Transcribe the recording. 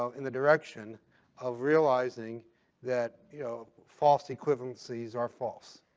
so in the direction of realizing that, you know, false equivalencies are false.